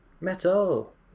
Metal